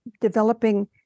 developing